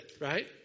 right